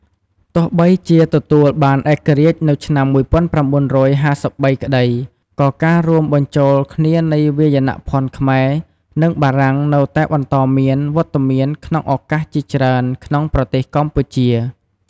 ទោះបីជាទទួលបានឯករាជ្យនៅឆ្នាំ ១៩៥៣ក្ដី ក៏ការរួមបញ្ចូលគ្នានៃវាយនភ័ណ្ឌខ្មែរ និងបារាំងនៅតែបន្តមានវត្តមានក្នុងឱកាសជាច្រើនក្នុងប្រទេសកម្ពុជា។